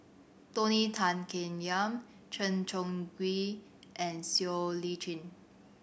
Tony Tan Keng Yam Chen Chong Swee and Siow Lee Chin